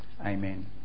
Amen